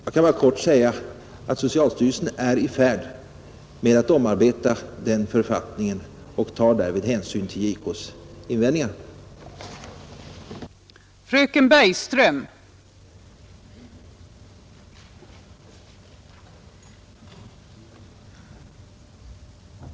Jag skall bara kortfattat nämna att socialstyrelsen är i färd med att omarbeta den författningen och därvid tar hänsyn till JK:s invändningar.